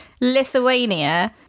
Lithuania